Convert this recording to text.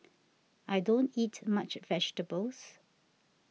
I don't eat much vegetables